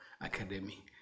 Academy